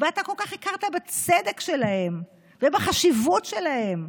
ואתה כל כך הכרת בצדק שלהם ובחשיבות שלהם,